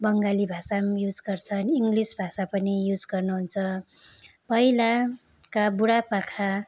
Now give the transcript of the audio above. बङ्गाली भाषा पनि युज गर्छन् इङ्गलिस भाषाहरू पनि युज गर्नुहुन्छ पहिलाका बुढापाका